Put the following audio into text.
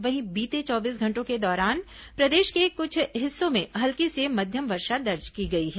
वहीं बीते चौबीस घंटों के दौरान प्रदेश के कुछ हिस्सों में हल्की से मध्यम वर्षा दर्ज की गई है